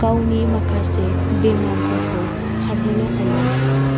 गावनि माखासे बेमारफोरखौ खारहोनो हायो